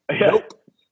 nope